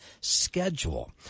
schedule